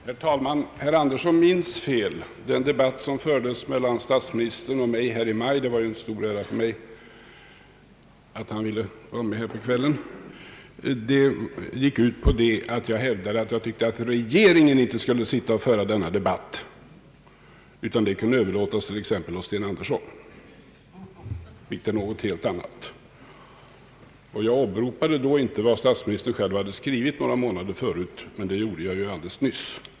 Herr talman! Herr Andersson minns fel. Vid den debatt som fördes mellan statsministern och mig här i maj — det var en stor ära för mig att han ville vara med den kvällen — hävdade jag att regeringen inte borde föra diskussionen med ungdomsgrupperna, utan att den uppgiften kunde överlåtas åt t.ex. herr Sten Andersson. Det är något helt annat. Jag åberopade inte då vad statsministern själv hade skrivit några månader tidigare, men det gjorde jag ju alldeles nyss.